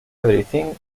everything